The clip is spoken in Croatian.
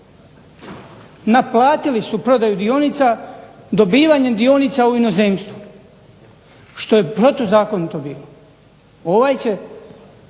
naplatili su prodaju dionica dobivanjem dionica u inozemstvu što je protuzakonito bilo. Ovaj će